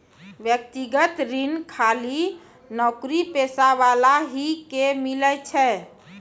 व्यक्तिगत ऋण खाली नौकरीपेशा वाला ही के मिलै छै?